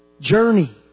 Journey